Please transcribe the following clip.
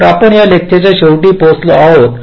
तर आपण या लेक्चरच्या शेवटी पोहोचलो आहोत